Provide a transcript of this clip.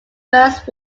first